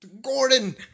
Gordon